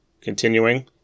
continuing